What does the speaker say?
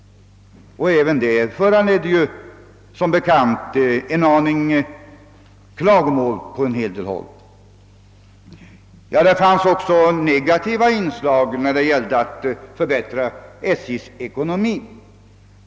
även det föranledde ju som bekant vissa klagomål på en hel del håll. Det fanns också negativa inslag när det gällde att förbättra SJ:s ekonomi.